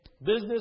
business